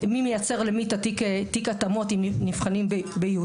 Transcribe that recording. מי מייצר למי תיק התאמות אם נבחנים ב-י'.